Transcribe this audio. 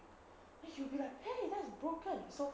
you'll be like !hey! that's broken so